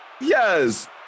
Yes